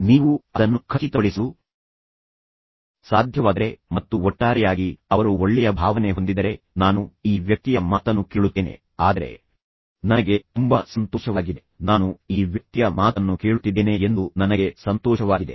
ನೀವು ಅದನ್ನು ಖಚಿತಪಡಿಸಲು ಸಾಧ್ಯವಾದರೆ ಮತ್ತು ಒಟ್ಟಾರೆಯಾಗಿ ಅವರು ಒಳ್ಳೆಯ ಭಾವನೆ ಹೊಂದಿದ್ದರೆ ನಾನು ಈ ವ್ಯಕ್ತಿಯ ಮಾತನ್ನು ಕೇಳುತ್ತೇನೆ ಆದರೆ ನನಗೆ ತುಂಬಾ ಸಂತೋಷವಾಗಿದೆ ನಾನು ಈ ವ್ಯಕ್ತಿಯ ಮಾತನ್ನು ಕೇಳುತ್ತಿದ್ದೇನೆ ಎಂದು ನನಗೆ ಸಂತೋಷವಾಗಿದೆ